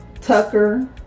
Tucker